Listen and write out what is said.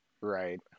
Right